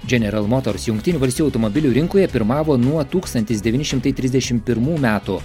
general motors jungtinių valstijų automobilių rinkoje pirmavo nuo tūkstantis devyni šimtai trisdešimt pirmų metų